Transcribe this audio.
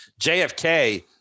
JFK